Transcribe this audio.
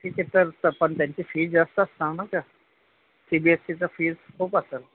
ठीक आहे तर त पण त्यांची फीज जास्त असणार ना गं सी बी एस ईचा फीज खूप असेल